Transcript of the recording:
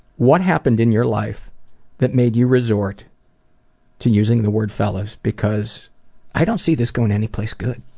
what happened in your life that made you resort to using the word fellas because i don't see this going any place good.